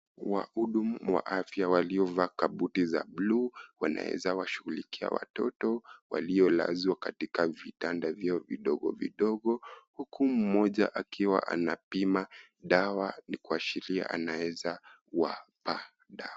Wahudumu wa afya waliovaa kabuti za bluu wanaeza kushughulikia watoto waliolazwa katika vitanda vyao vidogo vidogo huku mmoja akiwa anapima dawa kuashiria anaeza wapa dawa.